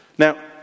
now